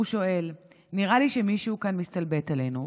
הוא שואל, נראה לי שמישהו כאן מסתלבט עלינו.